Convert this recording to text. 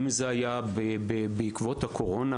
בעקבות הקורונה,